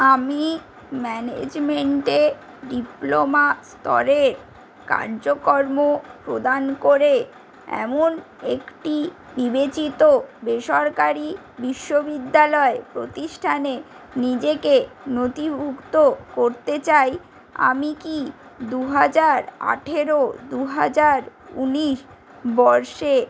আমি ম্যানেজমেন্টে ডিপ্লোমা স্তরের কার্যক্রম প্রদান করে এমন একটি বিবেচিত বেসরকারি বিশ্ববিদ্যালয় প্রতিষ্ঠানে নিজেকে নথিভুক্ত করতে চাই আমি কি দু হাজার আঠেরো দু হাজার ঊনিশ বর্ষে